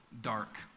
dark